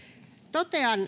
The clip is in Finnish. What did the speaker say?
totean